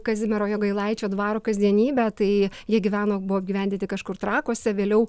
kazimiero jogailaičio dvaro kasdienybę tai jie gyveno buvo apgyvendinti kažkur trakuose vėliau